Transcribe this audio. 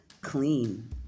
clean